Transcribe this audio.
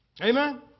amen